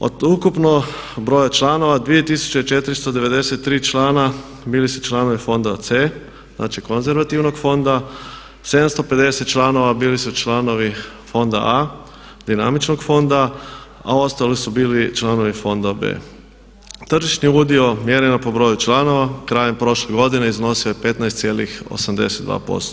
Od ukupnog broja članova 2493 člana bili su članovi fonda C, znači konzervativnog fonda, 750 članova bili su članovi fonda A, dinamičnog fonda a ostali su bili članovi fonda B. Tržišni udio mjereno po broju članova krajem prošle godine iznosio je 15,82%